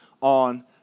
on